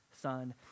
son